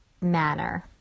manner